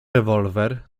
rewolwer